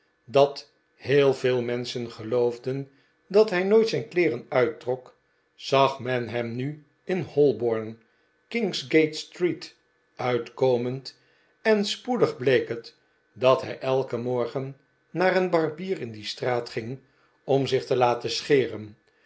dat heel veel menschen geloofden dat hij nooit zijn kleeren uittrok zag men hem nu in holborn kingsgate street uitkomend en spoedig bleek het dat hij elken morgen naar een barbier in die straat ging om zich te laten scheren